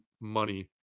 money